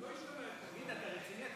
תגיד, תגיד.